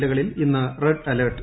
ജില്ലകളിൽ ഇന്ന് red alert